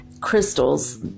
crystals